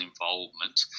involvement